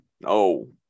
No